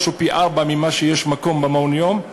או פי-ארבעה מהמקומות שיש במעונות-היום.